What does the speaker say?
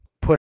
put